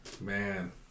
Man